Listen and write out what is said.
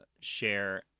share